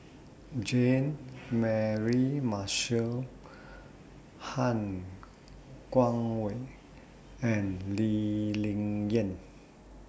Jean Mary Marshall Han Guangwei and Lee Ling Yen